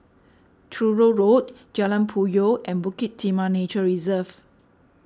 Truro Road Jalan Puyoh and Bukit Timah Nature Reserve